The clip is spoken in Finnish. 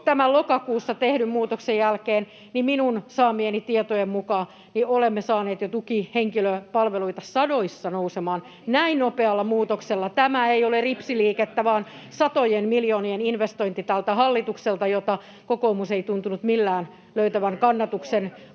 tämän lokakuussa tehdyn muutoksen jälkeen minun saamieni tietojen mukaan olemme saaneet tukihenkilöpalveluita jo sadoissa nousemaan, näin nopealla muutoksella. Tämä ei ole ripsiliikettä vaan tältä hallitukselta satojen miljoonien investointi, jota kokoomus ei tuntunut millään löytävän kannatuksen